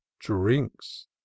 drinks